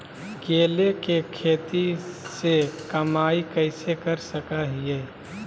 केले के खेती से कमाई कैसे कर सकय हयय?